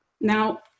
Now